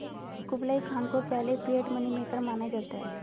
Kublai Khan को पहले fiat money maker माना जाता है